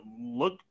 look